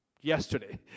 yesterday